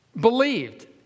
believed